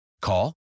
Call